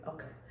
Okay